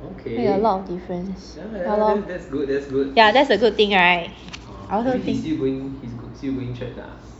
make a lot of difference ya lor yeah that's a good thing right I also think